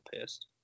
pissed